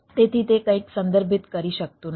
તેથી તે કંઈક સંદર્ભિત કરી શકતું નથી